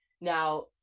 now